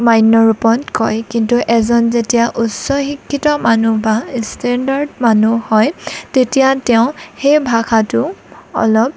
মান্য ৰুপত কয় কিন্তু এজন যেতিয়া উচ্চ শিক্ষিত মানুহ বা ষ্টেণ্ডাৰ্ট মানুহ হয় তেতিয়া তেওঁ সেই ভাষাটো অলপ